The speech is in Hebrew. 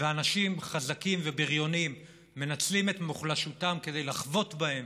ואנשים חזקים ובריונים מנצלים את מוחלשותם כדי לחבוט בהם,